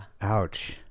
Ouch